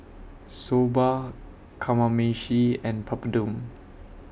Soba Kamameshi and Papadum